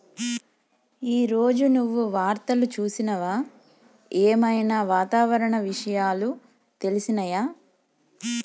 ఈ రోజు నువ్వు వార్తలు చూసినవా? ఏం ఐనా వాతావరణ విషయాలు తెలిసినయా?